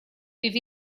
we’ve